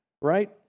right